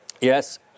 Yes